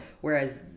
Whereas